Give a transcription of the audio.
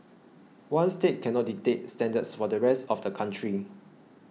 one state cannot dictate standards for the rest of the country